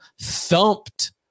thumped